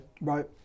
right